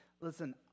listen